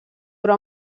però